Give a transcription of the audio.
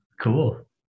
cool